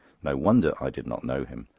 no wonder i did not know him!